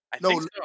No